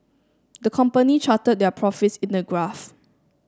the company charted their profits in a graph